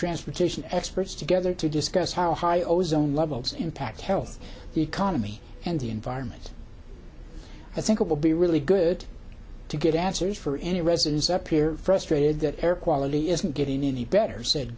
transportation experts together to discuss how high ozone levels impact health the economy and the environment i think it will be really good to get answers for any residents up here frustrated that air quality isn't getting any better said